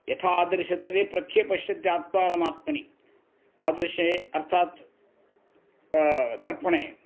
यथा आदर्शतरे प्रख्ये पश्यत्यात्मानमात्मनि आदर्शे अर्थात् दर्पणे